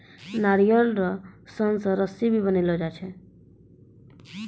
नारियल रो सन से रस्सी भी बनैलो जाय छै